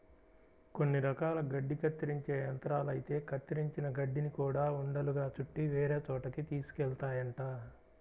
కొన్ని రకాల గడ్డి కత్తిరించే యంత్రాలైతే కత్తిరించిన గడ్డిని గూడా ఉండలుగా చుట్టి వేరే చోటకి తీసుకెళ్తాయంట